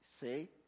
say